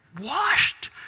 washed